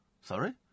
Sorry